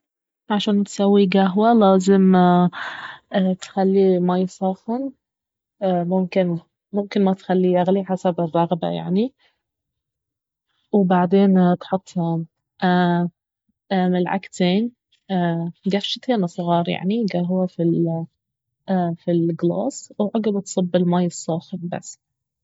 عشان تسوي قهوة لازم اتخلي ماي صاخن ممكن ممكن ما تخليه يغلي حسب الرغبة يعني وبعدين تحط ملعقتين جفشتين صغار يعني قهوة في القلاص وعقب تصب الماي الصاخن بس